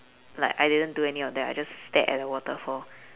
like I didn't do any of that I just stared at the waterfall